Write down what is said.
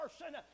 person